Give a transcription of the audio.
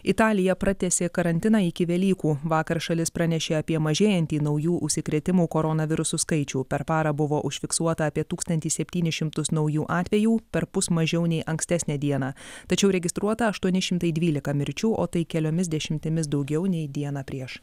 italija pratęsė karantiną iki velykų vakar šalis pranešė apie mažėjantį naujų užsikrėtimo koronavirusu skaičių per parą buvo užfiksuota apie tūkstantį septynis šimtus naujų atvejų perpus mažiau nei ankstesnę dieną tačiau registruota aštuoni šimtai dvylika mirčių o tai keliomis dešimtimis daugiau nei dieną prieš